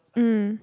mm